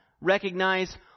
Recognize